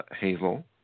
Hazel